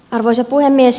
arvoisa puhemies